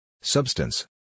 Substance